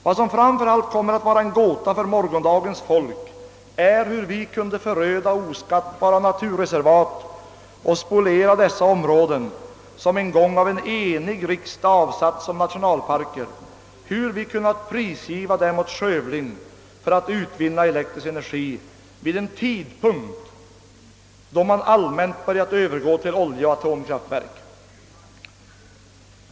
Vad som framför allt kommer att vara en gåta för morgondagens människor är hur vi kunnat föröda oskattbara naturreservat och spoliera dessa områden som en gång av en enig riksdag reserverats för nationalparker, hur vi kunnat prisgiva den åt skövling för att utvinna elektrisk energi vid en tidpunkt då man allmänt börjat övergå till oljeoch atomkraftverk.